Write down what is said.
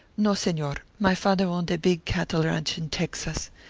no, senor, my father owned a big cattle ranch in texas.